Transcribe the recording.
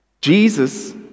Jesus